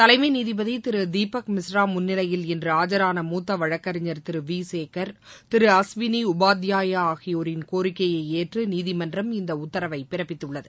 தலைமை நீதிபதி திரு தீபக் மிஸ்ரா முன்னிலையில் இன்று ஆஜரான மூத்த வழக்கறிஞர் திரு வி சேகர் திரு அஸ்வினி உபாத்யாயா ஆகியோரின் கோரிக்கையை ஏற்று நீதிமன்றம் இந்த உத்தரவை பிறப்பித்துள்ளது